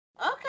okay